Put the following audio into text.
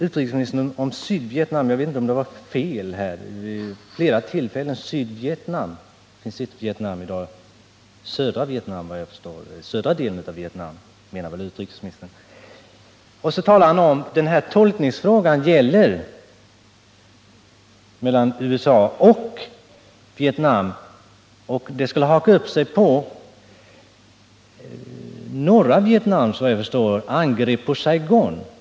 Utrikesministern talade vid flera tillfällen om Sydvietnam —-jag vet inte om han sade fel. Södra delen av Vietnam menar väl utrikesministern? Utrikesministern sade vidare att tolkningen av en fråga för förhandlingar mellan USA och Vietnam skulle haka upp sig på norra Vietnams angrepp på Saigon.